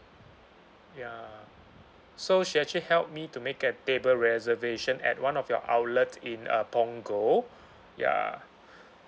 ya so she actually helped me to make a table reservation at one of your outlets in uh punggol ya